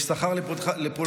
יש שכר לפעולתך,